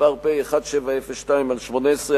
פ/1702/18,